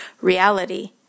reality